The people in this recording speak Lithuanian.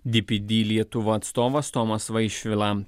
dpd lietuva atstovas tomas vaišvila